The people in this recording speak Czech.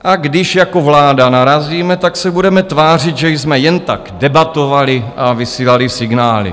A když jako vláda narazíme, tak se budeme tvářit, že jsme jen tak debatovali a vysílali signály.